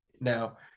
Now